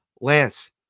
Lance